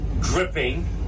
dripping